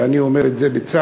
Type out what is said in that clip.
ואני אומר את זה בצער,